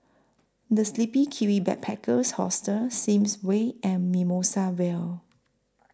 The Sleepy Kiwi Backpackers Hostel Sims Way and Mimosa Vale